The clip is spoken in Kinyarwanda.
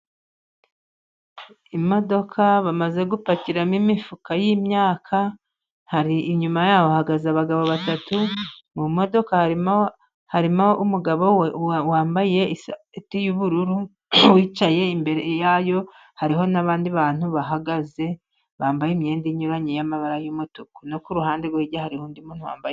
Imodoka bamaze gupakiramo imifuka y'imyaka, inyuma yayo hahagaze abagabo batatu, mu modoka harimo umugabo wambaye isarubeti y'ubururu wicaye imbere yayo, hariho n'abandi bantu bahagaze bambaye imyenda inyuranye y'amabara y'umutuku. No ku ruhande rwo hirya hariho undi muntu wambaye...